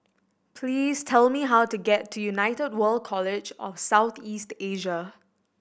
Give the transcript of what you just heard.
please tell me how to get to United World College of South East Asia